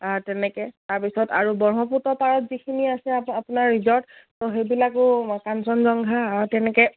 তেনেকে তাৰপিছত আৰু ব্ৰক্ষ্মপুত্ৰ পাৰত যিখিনি আছে আপোনাৰ ৰিজৰ্ট ত' সেইবিলাকো কাঞ্চনজংঘা তেনেকে